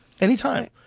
anytime